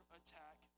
attack